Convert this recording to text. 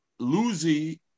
Luzi